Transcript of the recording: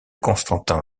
constantin